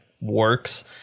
works